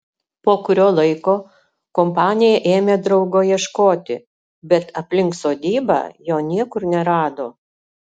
po kurio laiko kompanija ėmė draugo ieškoti bet aplink sodybą jo niekur nerado